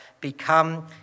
become